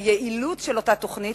על היעילות של אותה תוכנית,